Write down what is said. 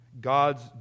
God's